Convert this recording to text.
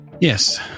Yes